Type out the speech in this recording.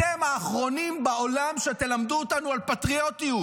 אתם האחרונים בעולם שתלמדו אותנו על פטריוטיות.